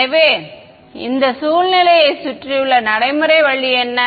எனவே இந்த சூழ்நிலையைச் சுற்றியுள்ள நடைமுறை வழி என்ன